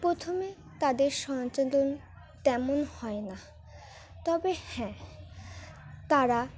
প্রথমে তাদের তেমন হয় না তবে হ্যাঁ তারা